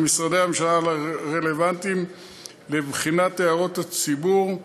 למשרדי הממשלה הרלוונטיים לבחינת הערות הציבור,